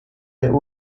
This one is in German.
der